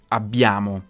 abbiamo